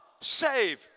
Save